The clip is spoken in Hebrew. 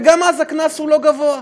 וגם אז הקנס הוא לא גבוה.